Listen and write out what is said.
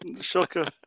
shocker